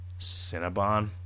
Cinnabon